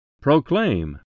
Proclaim